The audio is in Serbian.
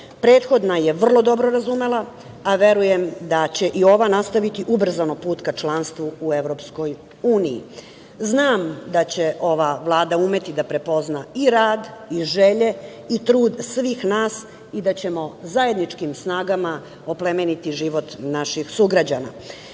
Prethodna je vrlo dobro razumela, a verujem da će i ova nastaviti ubrzano put ka članstvu u EU.Znam da će ova Vlada umeti da prepozna i rad i želje i trud svih nas i da ćemo zajedničkim snagama oplemeniti život naših sugrađana. Ja